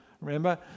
remember